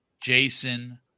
Jason